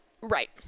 Right